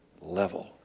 level